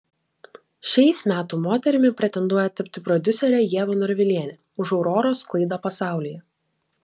šiais metų moterimi pretenduoja tapti prodiuserė ieva norvilienė už auroros sklaidą pasaulyje